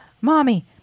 Mommy